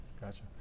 Gotcha